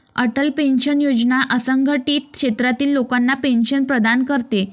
Atal pension Yojana असंघटित क्षेत्रातील लोकांना पेन्शन प्रदान करते